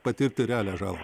patirti realią žalą